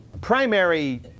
primary